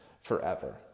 forever